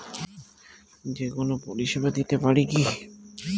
যে কোনো পরিষেবা দিতে পারি কি?